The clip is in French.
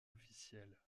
officielle